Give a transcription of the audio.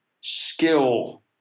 skill